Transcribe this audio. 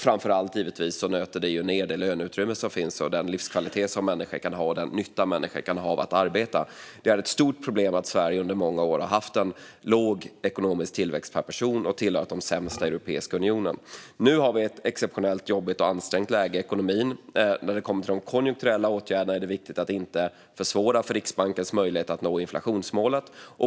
Framför allt nöter det ned det löneutrymme som finns och den livskvalitet och nytta som människor kan ha av att arbeta. Det är ett stort problem att Sverige under många år har haft en låg ekonomisk tillväxt per person och tillhört de sämsta i Europeiska unionen. Nu har vi ett exceptionellt jobbigt och ansträngt läge i ekonomin. När det kommer till de konjunkturella åtgärderna är det viktigt att inte försvåra för Riksbankens möjlighet att nå inflationsmålet.